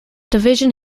division